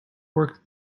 work